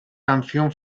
canción